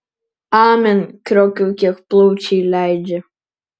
amen kriokiu kiek plaučiai leidžia